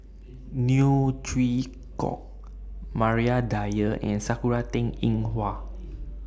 Neo Chwee Kok Maria Dyer and Sakura Teng Ying Hua